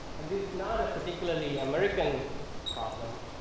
and is not a particularly american problem.